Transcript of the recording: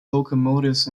locomotives